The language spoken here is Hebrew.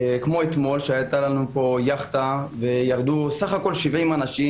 אתמול הייתה לנו כאן יאכטה וירדו בסך הכול 70 אנשים.